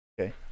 Okay